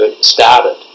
started